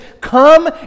come